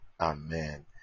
Amen